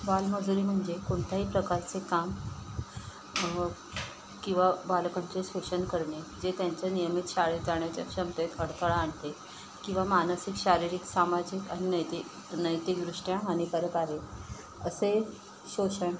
बालमजुरी म्हणजे कोणत्याही प्रकारचे काम किवा बालकांचे शोषण करणे जे त्यांच्या नियमित शाळेत जाण्याच्या क्षमतेत अडथळा आणते किंवा मानसिक शारीरिक सामाजिक आणि नैति नैतिकदृष्ट्या हानिकारक आहे असे शोषण